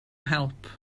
help